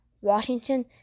Washington